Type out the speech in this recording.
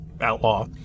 outlaw